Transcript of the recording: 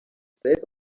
state